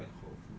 ya